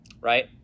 right